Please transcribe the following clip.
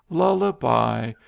lull-a-by!